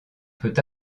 peut